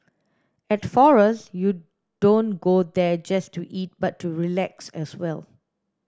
at forest you don't go there just to eat but to relax as well